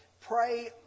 pray